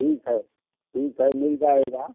ठीक है ठीक है मिल जाएगा